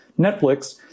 Netflix